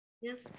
Yes